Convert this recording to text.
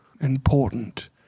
important